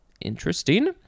Interesting